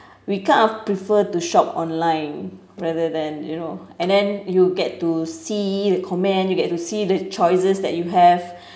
we kind of prefer to shop online rather than you know and then you get to see the comments you get to see the choices that you have